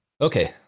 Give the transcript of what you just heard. Okay